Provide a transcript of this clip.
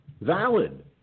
valid